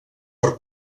per